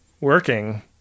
working